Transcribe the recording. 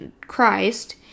Christ